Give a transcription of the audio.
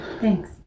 thanks